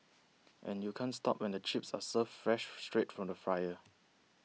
and you can't stop when the chips are served fresh straight from the fryer